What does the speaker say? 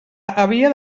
havia